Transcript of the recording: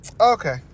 Okay